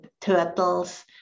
turtles